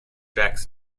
jacks